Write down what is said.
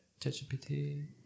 ChatGPT